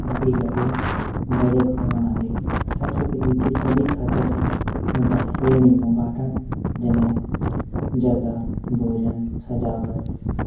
शादी कुणे बजट बणौणा सबसे पैली जू खर्चा छिन ऊंथै श्रेणियों मा बंटण जनई जगह भोजन सजावट